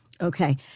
Okay